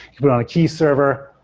you put on a key server,